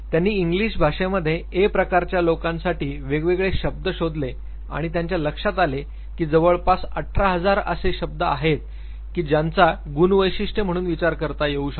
त्यांनी इंग्लिश भाषेमध्ये A प्रकारच्या लोकांसाठी वेगवेगळे शब्द शोधले आणि त्यांच्या लक्षात आले की जवळपास १८००० असे शब्द आहेत की ज्यांचा गुणवैशिष्टे म्हणून विचार करता येऊ शकतो